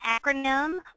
acronym